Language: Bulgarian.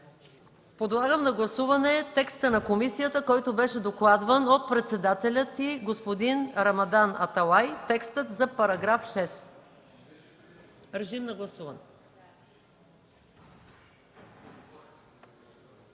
Подлагам на гласуване текста на комисията, който беше докладван от председателя й господин Рамадан Аталай – текстът на § 6. Моля, гласувайте.